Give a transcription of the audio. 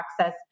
access